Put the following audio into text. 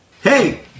Hey